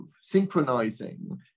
synchronizing